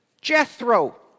Jethro